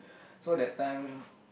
so that time